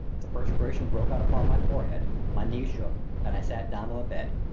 the perspiration broke out upon my forehead, my knees shook and i sat down on the bed.